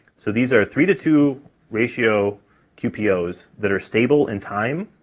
so these are three-to-two ratio qpos that are stable in time,